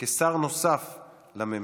יש עוד אנשים שרוצים לצרף את קולם?